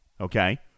okay